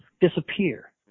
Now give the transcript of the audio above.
disappear